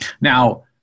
Now